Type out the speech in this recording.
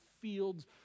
fields